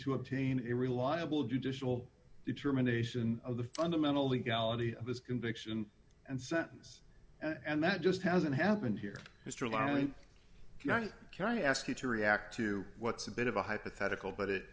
to obtain a reliable judicial determination of the fundamental legality of his conviction and sentence and that just hasn't happened here mr langley care i ask you to react to what's a bit of a hypothetical but it